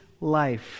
life